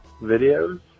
videos